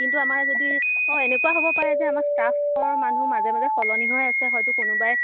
কিন্তু আমাৰ যদি অ' এনেকুৱা হ'ব পাৰে যে আমাৰ ষ্টাফৰ মানুহ মাজে মাজে সলনি হৈ আছে হয়তো কোনোবাই